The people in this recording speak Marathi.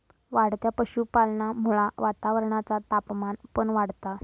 वाढत्या पशुपालनामुळा वातावरणाचा तापमान पण वाढता